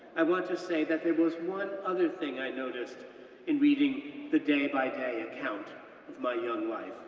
i want to say that there was one other thing i noticed in reading the day-by-day account of my young life